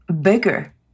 bigger